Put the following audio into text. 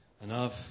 enough